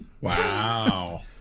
wow